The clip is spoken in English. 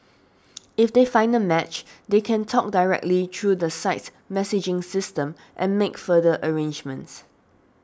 if they find a match they can talk directly through the site's messaging system and make further arrangements